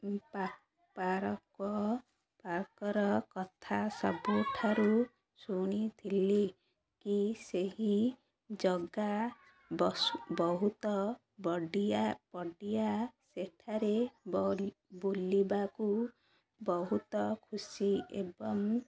ପା ପାରକ ପାର୍କର କଥା ସବୁଠାରୁ ଶୁଣିଥିଲି କି ସେହି ଜଗା ବ ବହୁତ ବଡ଼ିଆ ବଡ଼ିଆ ସେଠାରେ ବ ବୁଲିବାକୁ ବହୁତ ଖୁସି ଏବଂ